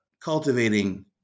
cultivating